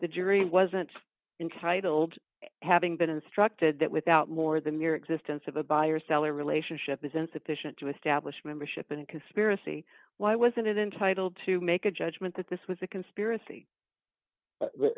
the jury wasn't entitled d having been instructed that without more the mere existence of a buyer seller relationship is insufficient to establish membership in a conspiracy why wasn't it entitled to make a judgment that this was a conspiracy